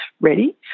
ready